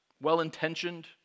well-intentioned